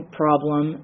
problem